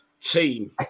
team